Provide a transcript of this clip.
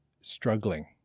struggling